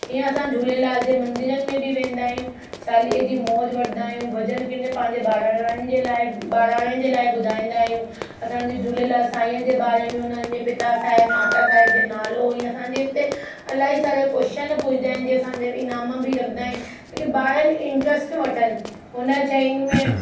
ईअं असां झूलेलाल जे मंदिरनि में बि वेंदा आहियूं चालीहे जी मौज वठंदा आहियूं भॼन कंदा आहियूं पंहिंजे बहिराणे लाइ बहिराणे जे लाइ ॿुधाईंदा आहियूं असांजे झूलेलाल साईं जे बारे में हुननि जे पिता साहिब माता साहिब नालो ईअं असांजे हिते अलाई सारा कोशचन पुछंदा आहिनि जीअं असां इनामा बि रखंदा आहिनि जेके ॿार इंट्रेस्ट वठनि हुननि शयुनि में